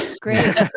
great